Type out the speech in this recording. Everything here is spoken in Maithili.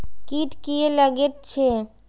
कीट किये लगैत छै?